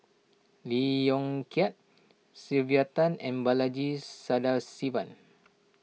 Lee Yong Kiat Sylvia Tan and Balaji Sadasivan